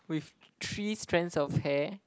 with three strands of hair